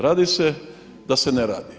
Radi se da se ne radi.